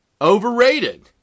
overrated